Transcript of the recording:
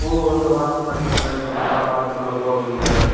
பூ வந்து வாடாமல் இருக்கிறமாரி கொஞ்சம் நல்லா பார்த்து நல்ல பூவாக கொடுங்க சார்